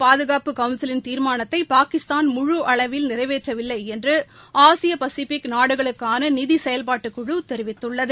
பாதுகாப்பு கவுன்சிலின் தீர்மானத்தை பாகிஸ்தான் முழுஅளவில் நிறைவேற்றவில்லை என்று ஆசிய பசிபிக் நாடுகளுக்கான நிதி செயல்பாட்டுக்குழு தெரிவித்துள்ளது